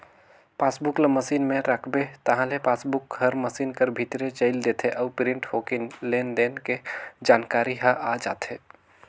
passbook ल machine में राखबे ताहले पासबुक हर मसीन कर भीतरे चइल देथे अउ प्रिंट होके लेन देन के जानकारी ह आ जाथे